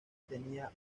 tenía